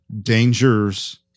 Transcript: dangers